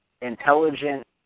intelligent